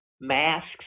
masks